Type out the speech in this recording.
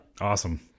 awesome